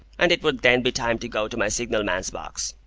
and it would then be time to go to my signal-man's box.